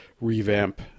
revamp